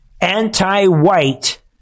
anti-white